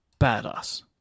badass